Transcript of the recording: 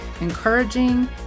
encouraging